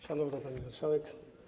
Szanowna Pani Marszałek!